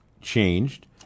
changed